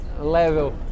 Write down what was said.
level